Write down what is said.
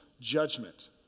judgment